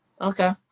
Okay